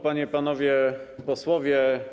Panie i Panowie Posłowie!